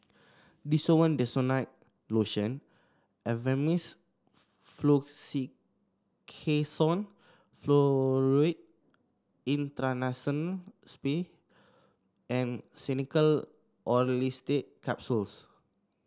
Desowen Desonide Lotion Avamys Fluticasone Furoate Intranasal Spray and Xenical Orlistat Capsules